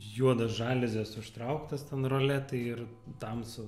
juoda žaliuzės užtrauktos ten roletai ir tamsu